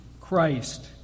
Christ